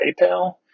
paypal